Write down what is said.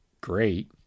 great